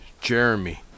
Jeremy